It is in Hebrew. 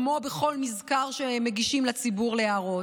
כמו בכל מזכר שמגישים לציבור להערות.